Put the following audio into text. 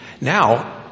Now